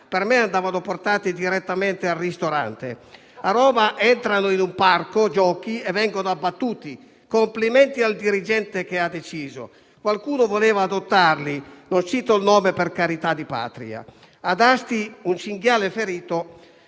Per me andavano portati direttamente al ristorante. A Roma entrano in un parco giochi e vengono abbattuti: complimenti al dirigente che ha deciso. Qualcuno voleva adottarli e non cito il nome, per carità di Patria. Ad Asti un cinghiale ferito